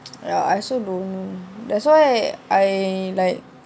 ya I also don't know that's why I like